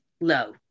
low